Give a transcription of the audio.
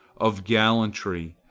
of gallantry,